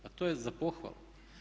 Pa to je za pohvalu.